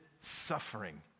suffering